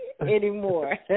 Anymore